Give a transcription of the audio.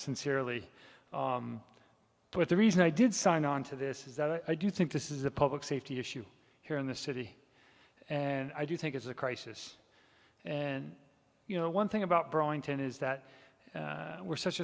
sincerely but the reason i did sign on to this is that i do think this is a public safety issue here in the city and i do think it's a crisis and you know one thing about burlington is that we're such